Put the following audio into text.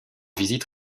visite